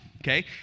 okay